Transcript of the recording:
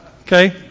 Okay